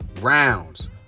rounds